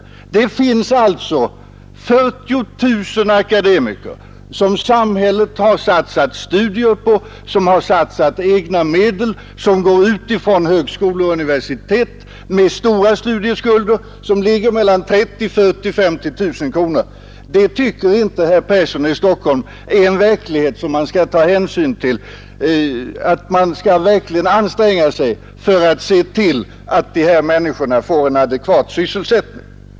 Vi har alltså den situationen att 40 000 akademiker, som samhället har satsat studier på och som har satsat egna medel, går ut från högskolor och universitet med stora studieskulder på mellan 30 000 och 50 000 kronor. Det tycker inte herr Persson i Stockholm är en verklighet som man skall ta hänsyn till så att man anstränger sig för att se till att dessa människor får en adekvat sysselsättning.